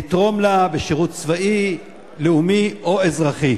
לתרום לה בשירות צבאי, לאומי או אזרחי.